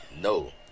No